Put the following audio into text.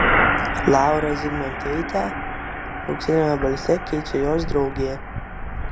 laurą zigmantaitę auksiniame balse keičia jos draugė